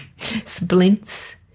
splints